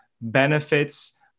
benefits